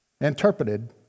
interpreted